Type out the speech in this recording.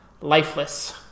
lifeless